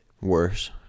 worse